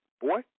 boy